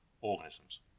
organisms